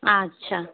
আচ্ছা